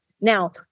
Now